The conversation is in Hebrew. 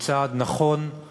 הוא צעד נכון,